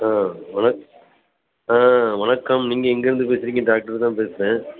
ஆ வணக் ஆ வணக்கம் நீங்கள் எங்கேயிருந்து பேசுகிறிங்க டாக்டர்தான் பேசுகிறேன்